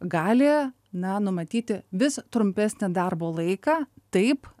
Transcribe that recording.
gali na numatyti vis trumpesnį darbo laiką taip